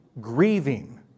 grieving